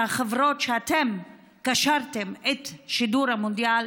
החברות שאתם קשרתם את שידור המונדיאל